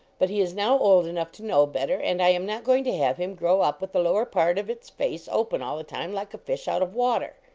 but he is now old enough to know better, and i am not going to have him grow up with the lower part of its face open all the time like a fish out of water.